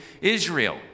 Israel